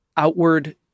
outward